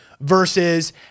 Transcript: versus